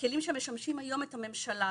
והכלים שמשמשים היום את הממשלה,